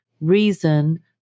reason